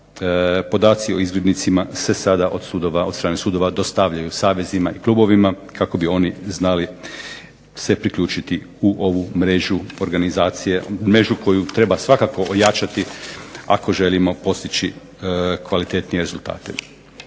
podaci o izgrednicima se sada od sudova, od strane sudova dostavljaju savezima i klubovima kako bi oni znali se priključiti u ovu mrežu organizacije, u mrežu koju treba svakako ojačati ako želimo postići kvalitetnije rezultate.